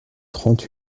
trente